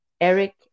Eric